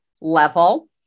level